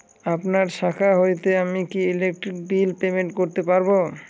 আপনার শাখা হইতে আমি কি ইলেকট্রিক বিল পেমেন্ট করতে পারব?